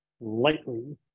lightly